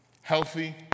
healthy